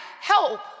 help